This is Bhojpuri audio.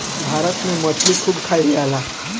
भारत में मछली खूब खाईल जाला